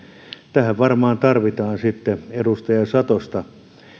tähän varmaan tarvitaan edustaja satosta